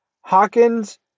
Hawkins